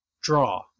draw